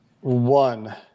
One